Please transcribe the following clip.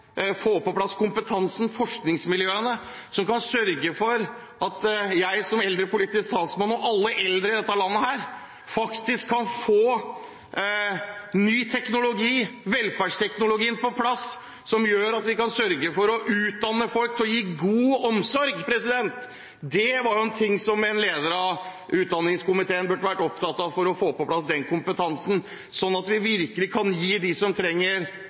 få på plass kompetansen, forskningsmiljøene, er viktig, de som kan sørge for at jeg som eldrepolitisk talsmann – og alle eldre i dette landet – kan få ny teknologi, velferdsteknologien, på plass som gjør at vi kan sørge for å utdanne folk til å gi god omsorg. Denne kompetansen er jo noe som en leder av utdanningskomiteen burde vært opptatt av å få på plass, slik at vi virkelig kan gi dem som trenger